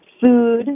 food